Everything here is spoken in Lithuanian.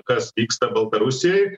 kas vyksta baltarusijoj